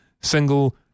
single